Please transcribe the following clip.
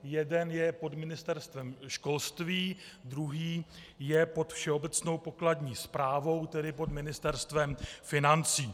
Jeden je pod Ministerstvem školství, druhý je pod Všeobecnou pokladní správou, tedy pod Ministerstvem financí.